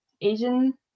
Asian